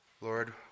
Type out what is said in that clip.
Lord